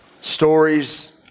stories